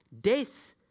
Death